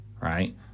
right